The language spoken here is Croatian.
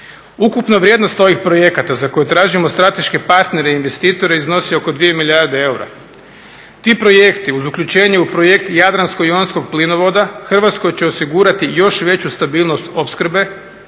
Ukupna vrijednost ovih projekata za koje tražimo strateške partnere i investitore iznosi oko 2 milijarde eura. Ti projekti, uz uključenje u projekt Jadransko-jonskog plinovoda, Hrvatskoj će osigurati još veću stabilnost opskrbe